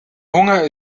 hunger